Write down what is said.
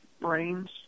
brains